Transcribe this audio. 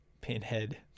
Pinhead